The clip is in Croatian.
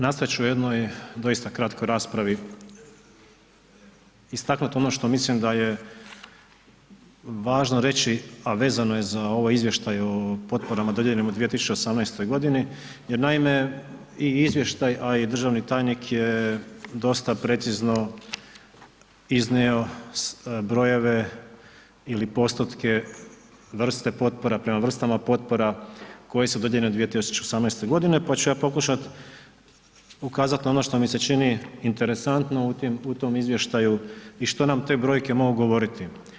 Nastojat ću u jednoj doista kratkoj raspravi istaknuti ono što mislim da je važno reći, a vezano je za ovaj izvještaj o potporama dodijeljenim u 2018. godini jer naime i izvještaj, a i državni tajnik je dosta precizno iznio brojeve ili postotke, vrsta potpora prema vrstama potpora koje su dodijeljene u 2018. godini pa ću ja pokušati ukazati na ono što mi se čini interesantno u tom izvještaju i što nam te brojke mogu govoriti.